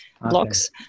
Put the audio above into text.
blocks